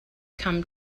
come